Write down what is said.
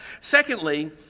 Secondly